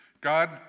God